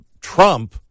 trump